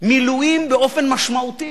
מילואים באופן משמעותי.